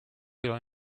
will